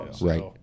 right